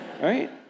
right